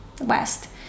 west